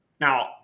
Now